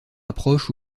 approche